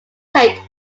tate